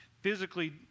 physically